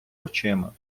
очима